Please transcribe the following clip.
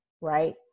right